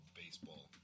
baseball